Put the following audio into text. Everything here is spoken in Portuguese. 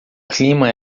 clima